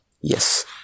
Yes